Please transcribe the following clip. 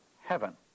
heaven